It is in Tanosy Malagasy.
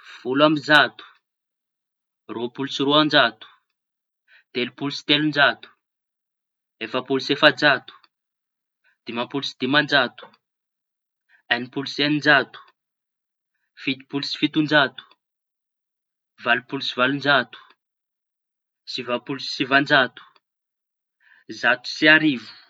Folo amy zato, roa-polo sy roan-jato, telo-polo sy telon-jato, efa-polo sy efa-jato, dimam-polo sy diman-jato, eñim-polo sy eñin-jato, fito-polo sy fiton-jato, valo-polo sy valon-jato, sivam-polo sy sivan-jato, zato sy arivo.